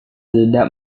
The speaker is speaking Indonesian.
tidak